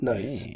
Nice